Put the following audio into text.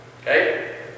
Okay